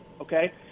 okay